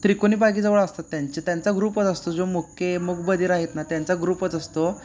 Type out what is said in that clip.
त्रिकोणी बागेजवळ असतात त्यांचे त्यांचा ग्रुपच असतो जो मुके मूकबधीर आहेत ना त्यांचा ग्रुपच असतो